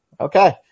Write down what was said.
okay